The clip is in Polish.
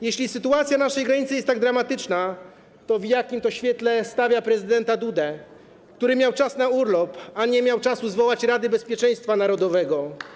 Jeśli sytuacja na naszej granicy jest tak dramatyczna, to w jakim to świetle stawia prezydenta Dudę, który miał czas na urlop, a nie miał czasu zwołać posiedzenia Rady Bezpieczeństwa Narodowego?